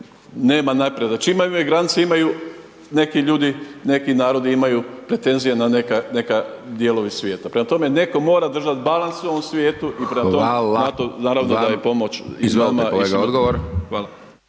se ne razumije./... granice imaju neki ljudi, neki narodi imaju pretenzije na neke dijelove svijeta. Prema tome, netko mora držati balans u ovom svijetu i prema tome na to naravno da je pomoć